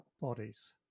bodies